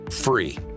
free